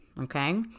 okay